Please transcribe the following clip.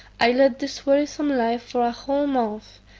i led this wearisome life for a whole month.